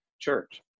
Church